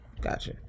Gotcha